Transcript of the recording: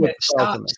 stop